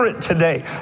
today